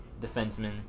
defenseman